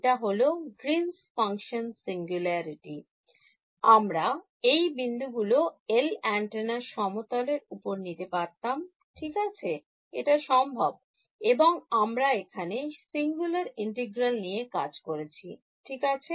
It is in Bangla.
এটা হল Green's Function singularity আমরা এই বিন্দুগুলো 1 এন্টেনার সমতলের ওপর নিতে পারতাম ঠিক আছে এটা সম্ভব এবং আমরা এখানেSingular Integral নিয়ে কাজ করেছি ঠিক আছে